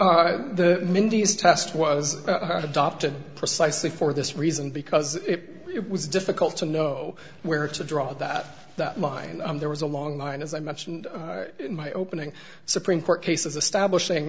the mindy's test was adopted precisely for this reason because it was difficult to know where to draw that line there was a long line as i mentioned in my opening supreme court cases a stablish